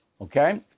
Okay